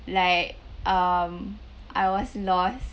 like um I was lost